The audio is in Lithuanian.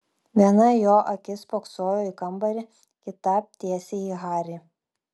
viena jo akis spoksojo į kambarį kita tiesiai į harį